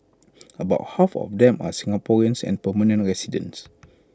about half of them are Singaporeans and permanent residents